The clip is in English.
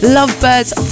Lovebirds